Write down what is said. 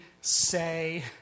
say